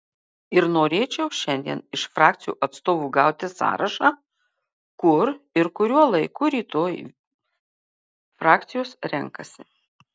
ir norėčiau šiandien iš frakcijų atstovų gauti sąrašą kur ir kuriuo laiku rytoj frakcijos renkasi